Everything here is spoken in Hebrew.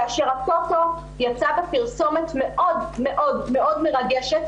כאשר הטוטו יצא בפרסומת מאוד מרגשת,